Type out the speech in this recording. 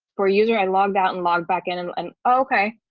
or user and log out and log back in and and okay,